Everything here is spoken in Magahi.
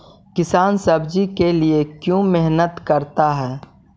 किसान सब्जी के लिए क्यों मेहनत करता है?